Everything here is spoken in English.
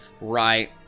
right